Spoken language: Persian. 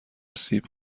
سیب